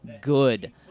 Good